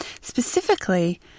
specifically